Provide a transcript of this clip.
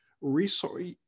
resource